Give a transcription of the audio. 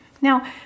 Now